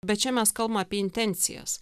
bet čia mes kalm apie intencijas